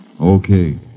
Okay